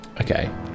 okay